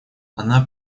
она